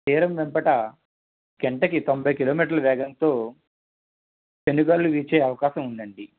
తీరం వెంబట గంటకు తొంబై కిలోమీటర్ల వేగంతో పెనుగాలులు వీచే అవకాశం ఉందండి